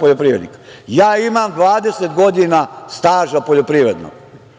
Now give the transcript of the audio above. poljoprivrednika. Ja imam 20 godina staža godina poljoprivrednog